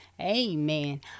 Amen